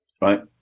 right